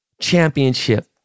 championship